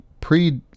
pre